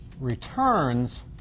returns